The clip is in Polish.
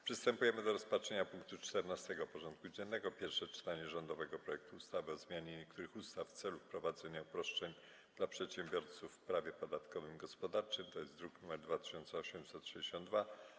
Przystępujemy do rozpatrzenia punktu 14. porządku dziennego: Pierwsze czytanie rządowego projektu ustawy o zmianie niektórych ustaw w celu wprowadzenia uproszczeń dla przedsiębiorców w prawie podatkowym i gospodarczym (druk nr 2862)